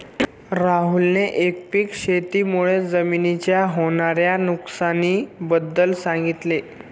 राहुलने एकपीक शेती मुळे जमिनीच्या होणार्या नुकसानी बद्दल सांगितले